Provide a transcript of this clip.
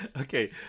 okay